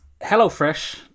HelloFresh